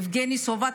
יבגני סובה,